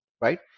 right